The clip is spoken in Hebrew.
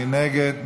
מי נגד?